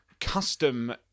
custom